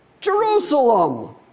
Jerusalem